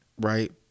right